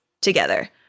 together